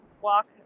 walk